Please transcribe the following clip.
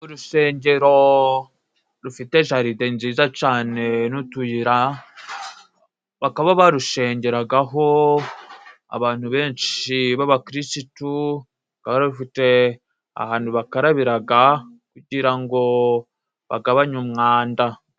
Urusengero rufite jaride nziza cane, n'utuyira. Bakaba barushengeragaho abantu benshi b'abakirisitu. Rukaba rufite ahantu bakarabiraga, kugira ngo bagabanye umwanda.